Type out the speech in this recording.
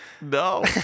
No